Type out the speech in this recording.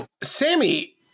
Sammy